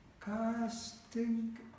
casting